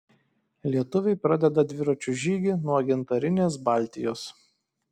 lietuviai pradeda dviračių žygį nuo gintarinės baltijos